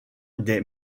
des